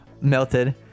melted